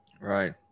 Right